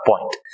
point